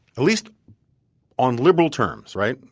at least on liberal terms, right?